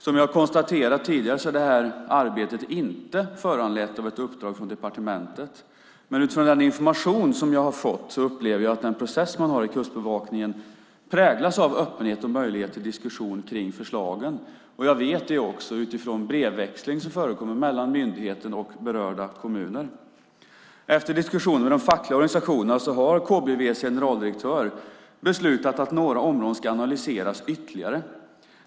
Som jag har konstaterat tidigare är det här arbetet inte föranlett av ett uppdrag från departementet, men utifrån den information som jag har fått upplever jag att den process man har i Kustbevakningen präglas av öppenhet och möjlighet till diskussion kring förslagen. Jag vet det också utifrån brevväxling som förekommer mellan myndigheten och berörda kommuner. Efter diskussioner med de fackliga organisationerna har KBV:s generaldirektör beslutat att några områden ska analyseras ytterligare.